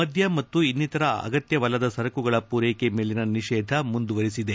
ಮದ್ದ ಮತ್ತು ಇನ್ನಿತರ ಅಗತ್ಯವಲ್ಲದ ಸರಕುಗಳ ಪೂರ್ಲೆಕೆ ಮೇಲಿನ ನಿಷೇಧ ಮುಂದುವರೆಸಿದೆ